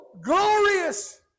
glorious